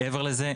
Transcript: מעבר לזה,